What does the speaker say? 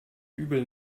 übel